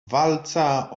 walca